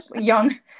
young